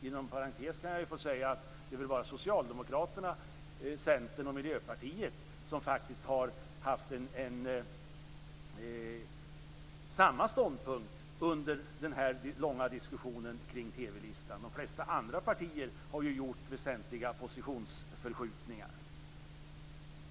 Inom parentes kan jag säga att det väl bara är Socialdemokraterna, Centern och Miljöpartiet som faktiskt har haft samma ståndpunkt under den långa diskussionen kring TV-listan. De flesta andra partier har ju gjort väsentliga positionsförskjutningar.